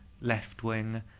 left-wing